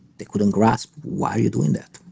they couldn't grasp why are you doing that?